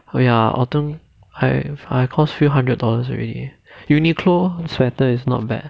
err ya autumn I have cost few hundred dollars already uniqlo sweater is not bad